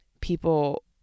people